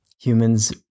humans